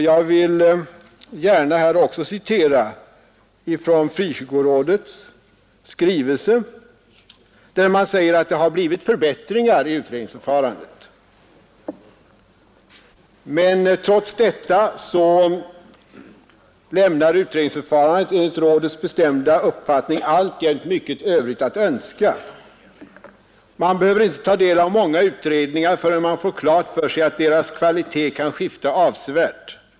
Jag vill här citera ur Sveriges frikyrkoråds skrivelse, där det sägs att det har skett förbättringar i utredningsförfarandet, men där man sedan tillägger följande: ”Trots dessa förbättringar lämnar utredningsförfarandet enligt Rådets bestämda uppfattning alltjämt mycket övrigt att önska. Man behöver inte ta del av många utredningar förrän man får klart för sig att deras kvalitet kan skifta avsevärt.